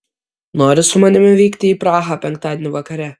nori su manimi vykti į prahą penktadienį vakare